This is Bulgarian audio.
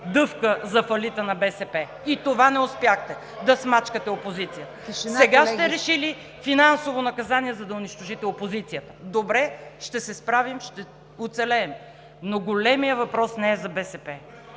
дъвка за фалита на БСП. И с това не успяхте да смачкате опозицията. (Шум и реплики.) Сега сте решили – финансово наказание, за да унищожите опозицията. Добре, ще се справим, ще оцелеем. Но големият въпрос не е за БСП.